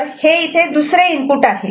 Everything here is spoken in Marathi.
तर हे इथे दुसरे इनपुट आहे